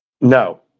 No